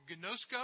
gnosko